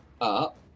up